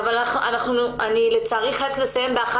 אבל את מדברת על משהו קטן ומינורי,